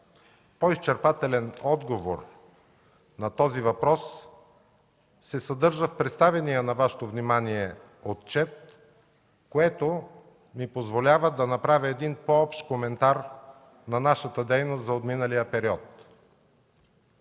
По-изчерпателен отговор на този въпрос се съдържа в представения на Вашето внимание отчет, което ми позволява да направя един по-общ коментар на нашата дейност за отминалия период.